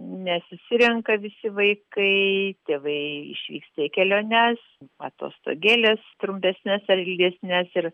nesusirenka visi vaikai tėvai išvyksta į keliones atostogėles trumpesnes ar ilgesnes ir